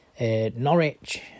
Norwich